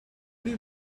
did